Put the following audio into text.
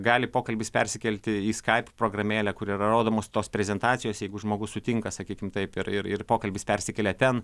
gali pokalbis persikelti į skype programėlę kur yra rodomos tos prezentacijos jeigu žmogus sutinka sakykim taip ir ir ir pokalbis persikelia ten